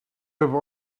have